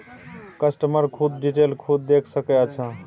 customer खुद detail खुद देख सके अच्छा